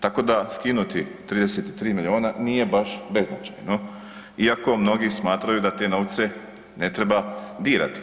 Tako da skinuti 33 milijuna nije baš beznačajno iako mnogi smatraju da te novce ne treba dirati.